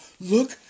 look